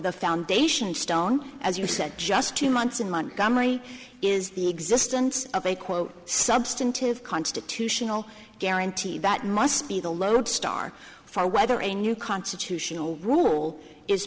the foundation stone as you said just two months in montgomery is the existence of a quote substantive constitutional guarantee that must be the lodestar for whether a new constitutional rule is